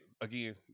again